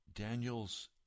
Daniel's